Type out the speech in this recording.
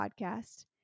Podcast